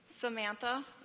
Samantha